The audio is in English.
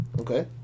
Okay